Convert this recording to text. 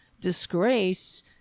disgrace